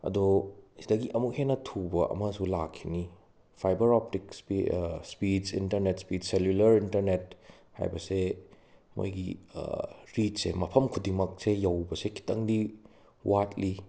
ꯑꯗꯣ ꯁꯤꯗꯒꯤ ꯑꯃꯨꯛ ꯍꯦꯟꯅ ꯊꯨꯕ ꯑꯃꯁꯨ ꯂꯥꯛꯈꯤꯅꯤ ꯐꯥꯏꯕꯔ ꯑꯣꯞꯇꯤꯛꯀꯤ speed internet speed cellular internet ꯍꯥꯏꯕꯁꯦ ꯃꯣꯏꯒꯤ ꯔꯤꯆꯁꯦ ꯃꯐꯝ ꯈꯨꯗꯤꯡꯃꯛꯁꯦ ꯌꯧꯕꯁꯦ ꯈꯤꯇꯪꯗꯤ ꯋꯥꯠꯂꯤ